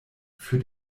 für